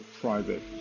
private